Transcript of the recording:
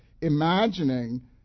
imagining